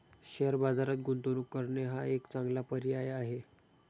share बाजारात गुंतवणूक करणे हा एक चांगला पर्याय आहे